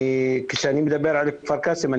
כשאני מדבר על כפר קאסם,